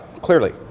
clearly